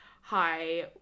Hi